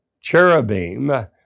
cherubim